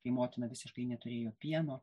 kai motina visiškai neturėjo pieno